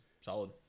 solid